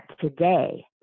today